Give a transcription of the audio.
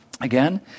Again